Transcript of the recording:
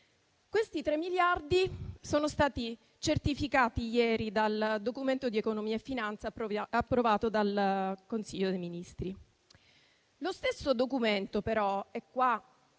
Questi tre miliardi sono stati certificati ieri dal Documento di economia e finanza approvato dal Consiglio dei ministri; lo stesso documento però - ma